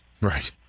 Right